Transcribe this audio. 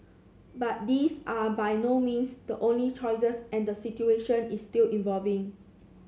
but these are by no means the only choices and the situation is still evolving